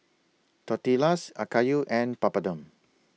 Tortillas Okayu and Papadum